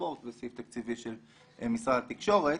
והספורט וסעיף תקציבי של משרד התקשורת,